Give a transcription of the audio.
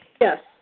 Yes